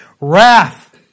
wrath